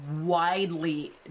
widely